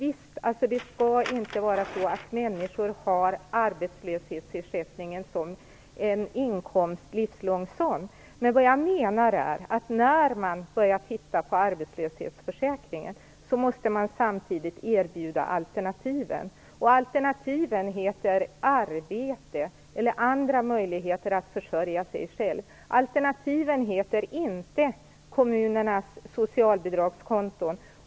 Det skall naturligtvis inte vara så att människor har arbetslöshetsersättningen som en livslång inkomst, men när man börjar titta på arbetslöshetsförsäkringen måste man samtidigt erbjuda alternativen, menar jag. Alternativen heter arbete eller andra möjligheter att försörja sig själv - alternativen heter inte kommunernas socialbidragskonton.